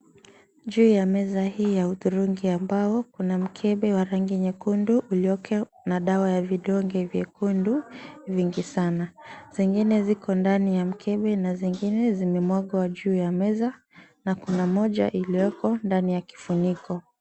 Juu ya meza hii ya hudhurungi ya mbao kuna mkebe wa rangi nyekundu ulioko na dawa ya vidonge vyekundu vingi sana. Zingine ziko ndani ya mkebe na zingine zimemwagwa juu ya meza na kuna moja iliyoko ndani ya kifuniko.